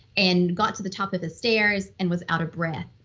and got to the top of the stairs and was out of breath.